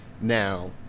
Now